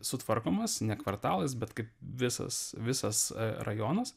sutvarkomas ne kvartalas bet kaip visas visas rajonas